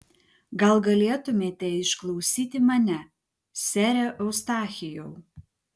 gal galėtumėte išklausyti mane sere eustachijau